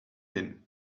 mean